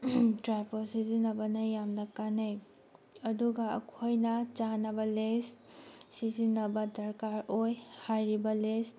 tripod ꯁꯤꯖꯤꯟꯅꯕꯅ ꯌꯥꯝꯅ ꯀꯥꯟꯅꯩ ꯑꯗꯨꯒ ꯑꯩꯈꯣꯏꯅ ꯆꯥꯟꯅꯕ ꯂꯦꯁ ꯁꯤꯖꯤꯟꯅꯕ ꯗꯔꯀꯥꯔ ꯑꯣꯏ ꯍꯥꯏꯔꯤꯕ ꯂꯦꯁ